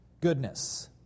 goodness